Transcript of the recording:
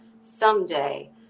someday